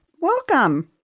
Welcome